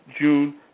June